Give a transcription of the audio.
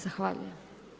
Zahvaljujem.